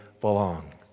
belong